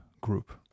Group